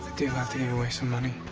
do have to give away some money.